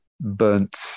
burnt